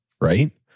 right